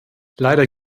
leider